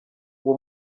uwo